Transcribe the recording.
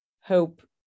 hope